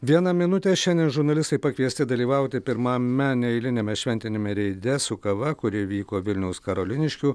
viena minutė šiandien žurnalistai pakviesti dalyvauti pirmame neeiliniame šventiniame reide su kava kuri vyko vilniaus karoliniškių